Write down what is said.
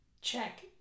check